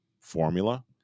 formula